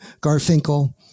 Garfinkel